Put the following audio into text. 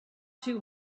too